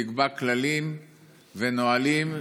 תקבע כללים ונהלים.